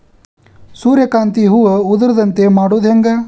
ಸೂರ್ಯಕಾಂತಿ ಹೂವ ಉದರದಂತೆ ಮಾಡುದ ಹೆಂಗ್?